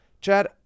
Chad